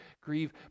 grieve